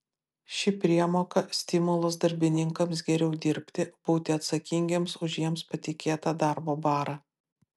ši priemoka stimulas darbininkams geriau dirbti būti atsakingiems už jiems patikėtą darbo barą